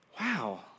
wow